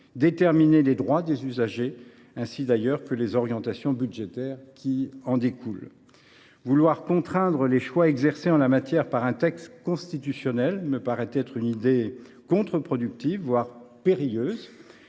déterminer les droits des usagers et définir les orientations budgétaires qui en découlent. Vouloir contraindre les choix exercés en la matière par un texte constitutionnel est une idée contre productive, voire périlleuse.